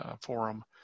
Forum